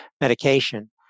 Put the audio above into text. medication